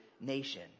nation